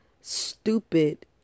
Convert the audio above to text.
stupid